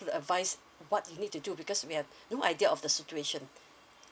advise what you need to do because we have no idea of the situation